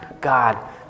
God